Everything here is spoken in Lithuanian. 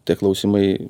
tie klausimai